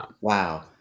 Wow